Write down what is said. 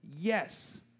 yes